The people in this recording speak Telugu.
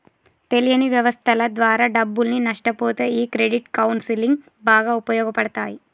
తెలియని వ్యవస్థల ద్వారా డబ్బుల్ని నష్టపొతే ఈ క్రెడిట్ కౌన్సిలింగ్ బాగా ఉపయోగపడతాయి